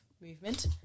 movement